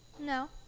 No